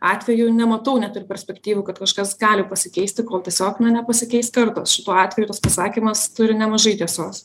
atvejų nematau net ir perspektyvų kad kažkas gali pasikeisti kol tiesiog na nepasikeis kartos šituo atveju tas pasakymas turi nemažai tiesos